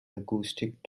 acoustic